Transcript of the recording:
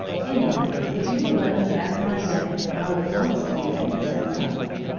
anyway, if you will let me have my way, i will promise to be famous at something.